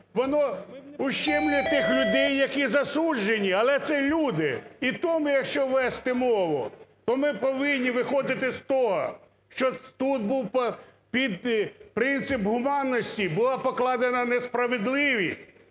воно ущемляє тих людей, які засуджені, але це люди. І тому, якщо вести мову, то ми повинні виходити з того, що тут був принцип гуманності, була покладена несправедливість,